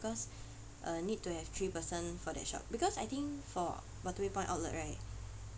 because uh need to have three person for that shop because I think for waterway point outlet right